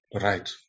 Right